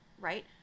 right